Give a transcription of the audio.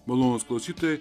malonūs klausytojai